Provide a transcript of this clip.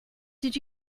did